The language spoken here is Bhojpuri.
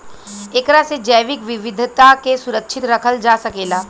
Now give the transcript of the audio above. एकरा से जैविक विविधता के सुरक्षित रखल जा सकेला